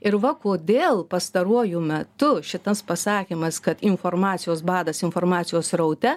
ir va kodėl pastaruoju metu šitas pasakymas kad informacijos badas informacijos sraute